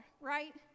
right